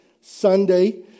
Sunday